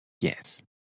Yes